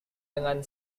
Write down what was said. dengan